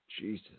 Jesus